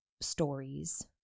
Stories